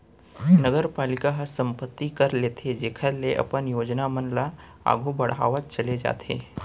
नगरपालिका ह संपत्ति कर लेथे जेखर ले अपन योजना मन ल आघु बड़हावत चले जाथे